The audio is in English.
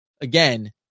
again